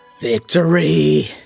Victory